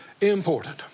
important